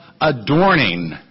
adorning